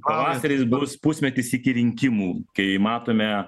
pavasaris bus pusmetis iki rinkimų kai matome